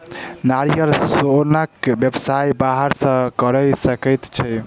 नारियल सोनक व्यवसाय बाहर सॅ करय पड़ैत छै